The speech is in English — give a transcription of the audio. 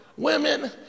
Women